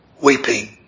Weeping